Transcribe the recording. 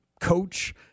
Coach